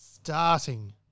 starting